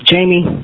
Jamie